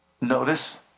Notice